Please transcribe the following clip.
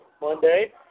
Monday